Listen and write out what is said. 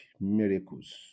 miracles